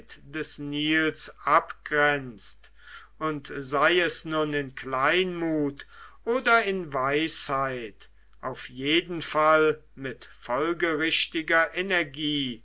des nils abgrenzt und sei es nun in kleinmut oder in weisheit auf jeden fall mit folgerichtiger energie